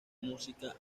música